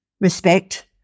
respect